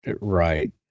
Right